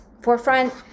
forefront